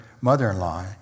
mother-in-law